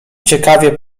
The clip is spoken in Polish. ciekawie